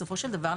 בסופו של דבר,